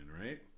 Right